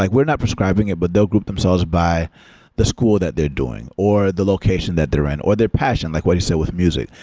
like we're not prescribing it, but they'll group themselves by the school that they're doing, or the location that they're in, or their passion, like what you say, with music.